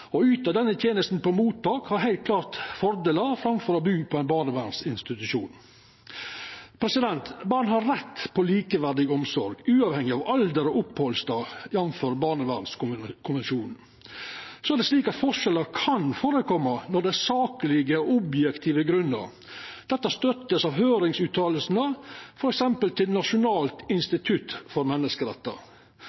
av fagfolk. Å yta denne tenesta på mottak har heilt klart fordelar framfor å bu på ein barnevernsinstitusjon. Barn har rett på likeverdig omsorg, uavhengig av alder og opphaldsstatus, jf. barnevernskonvensjonen. Så er det slik at forskjellar kan førekoma når det er saklege, objektive grunnar. Dette vert støtta av